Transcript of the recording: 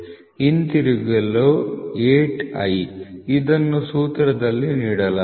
ಹಿಂತಿರುಗಲು 8i ಇದನ್ನು ಸೂತ್ರದಲ್ಲಿ ನೀಡಲಾಗಿದೆ